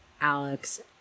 Alex